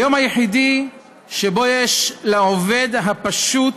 היום היחיד שבו יש לעובד הפשוט